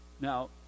Now